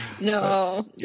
No